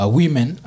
women